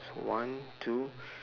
one two